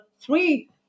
three